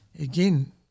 again